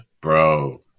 Bro